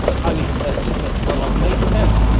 highly competitive niche. well, on may ten,